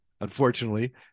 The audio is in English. Unfortunately